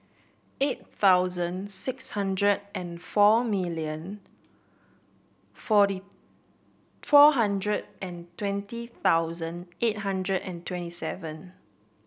eight thousand six hundred and four million forty four hundred and twenty thousand eight hundred and twenty seven